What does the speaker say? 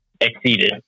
exceeded